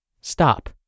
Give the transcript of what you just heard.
stop